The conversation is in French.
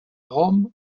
rome